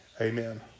Amen